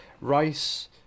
rice